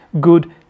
good